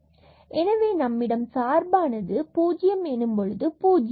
fxy r cos sin 0f00 எனவே நம்மிடம் சார்பானது 0 எனும்பொழுது 0